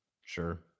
Sure